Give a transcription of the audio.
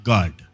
God